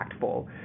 impactful